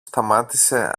σταμάτησε